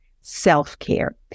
self-care